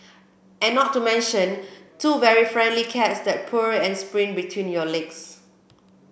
and not to mention two very friendly cats that purr and sprint between your legs